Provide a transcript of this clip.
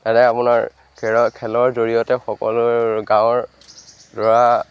তাতে আপোনাৰ খেলৰ খেলৰ জৰিয়তে সকলো গাঁৱৰ ল'ৰা